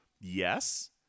Yes